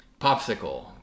Popsicle